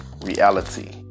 reality